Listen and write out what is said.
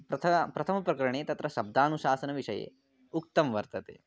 प्रथ प्रथमप्रकरणे तत्र शब्दानुशासनविषये उक्तं वर्तते